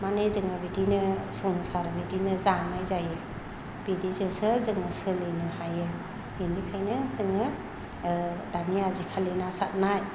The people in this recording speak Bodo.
मानि जोङो बिदिनो संसार बिदिनो जानाय जायो बिदिजोंसो जोङो सोलिनो हायो बिनिखायनो जोङो दानि आजिखालनि ना सारनाय